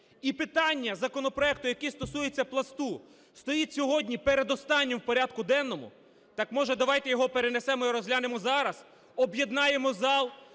і питання законопроекту, який стосується Пласту, стоїть сьогодні передостаннім в порядку денному. Так, може, давайте його перенесемо і розглянемо зараз, об'єднаємо зал,